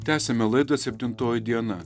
tęsiame laidą septintoji diena